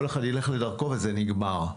כל אחד ילך לדרכו, וזה נגמר.